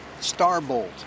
Starbolt